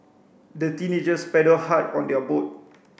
the teenagers paddled hard on their boat